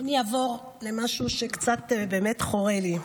אני אעבור למשהו שקצת חורה לי.